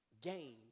gain